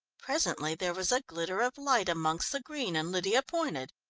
presently there was a glitter of light amongst the green, and lydia pointed.